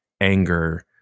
anger